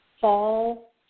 fall